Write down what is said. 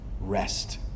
rest